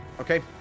Okay